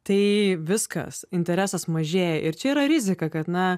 tai viskas interesas mažėja ir čia yra rizika kad na